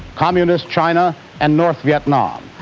communist china and north vietnam.